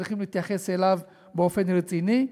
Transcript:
שצריך להתייחס אליו באופן רציני.